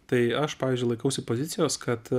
tai aš pavyzdžiui laikausi pozicijos kad